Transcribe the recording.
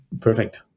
Perfect